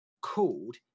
called